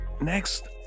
Next